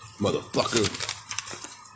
motherfucker